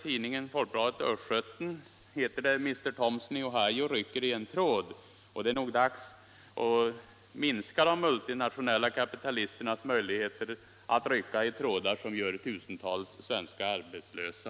Tomsen i Ohio rycker i en tråd.” Det är nog dags att minska de multinationella kapitalisternas möjligheter att rycka i trådar som gör tusentals svenskar arbetslösa.